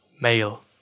male